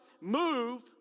move